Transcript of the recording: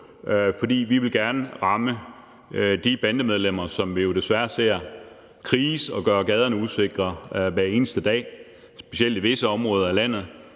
for vi vil gerne ramme de bandemedlemmer, som vi jo desværre ser kriges og gøre gaderne usikre hver eneste dag, specielt i visse områder af landet,